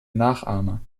nachahmer